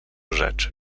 rzeczy